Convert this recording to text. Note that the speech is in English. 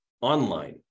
online